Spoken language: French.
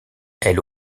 elle